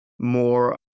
more